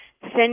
send